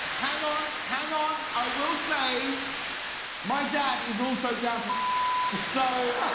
hang on. hang on. i will say my dad is also down to so